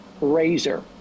razor